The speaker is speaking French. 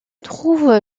trouve